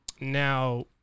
Now